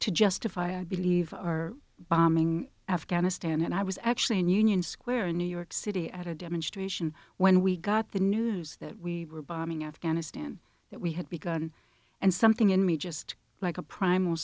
to justify i believe our bombing afghanistan and i was actually in union square in new york city at a demonstration when we got the news that we were bombing afghanistan that we had begun and something in me just like a prim